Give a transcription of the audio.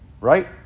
Right